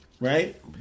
right